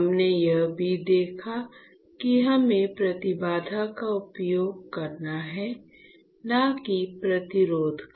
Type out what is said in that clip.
हमने यह भी देखा कि हमें प्रतिबाधा का उपयोग करना है न कि प्रतिरोध का